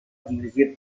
dirigées